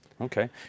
Okay